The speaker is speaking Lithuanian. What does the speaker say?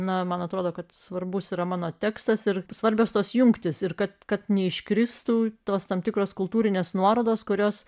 na man atrodo kad svarbus yra mano tekstas ir svarbios tos jungtys ir kad kad neiškristų tos tam tikros kultūrinės nuorodos kurios